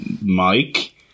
mike